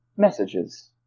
Messages